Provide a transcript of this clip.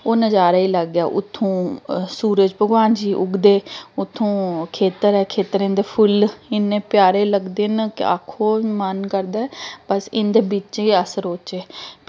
ओह् नज़ारा ई अलग ऐ उत्थूं सूरज भगवान जी उगदे उत्थूं खेत्तर ऐ खेत्तरें दे फुल्ल इ'न्ने प्यारे लगदे न केह् आक्खो मन करदा ऐ बस इं'दे बिच्च गै अस रौह्चै